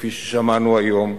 כפי ששמענו היום,